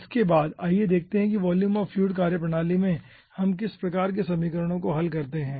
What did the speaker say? इसके बाद आइए देखते हैं कि वॉल्यूम ऑफ़ फ्लूइड कार्यप्रणाली में हम किस प्रकार के समीकरणों को हल करते हैं